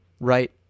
right